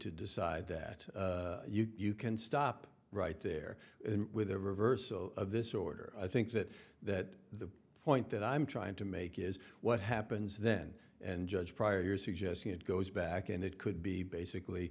to decide that you can stop right there with a reversal of this order i think that that the point that i'm trying to make is what happens then and judge pryor you're suggesting it goes back and it could be basically